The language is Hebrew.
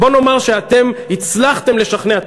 בוא נאמר שאתם הצלחתם לשכנע,